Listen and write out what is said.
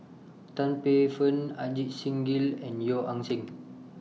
Tan Paey Fern Ajit Singh Gill and Yeo Ah Seng